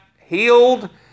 healed